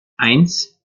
eins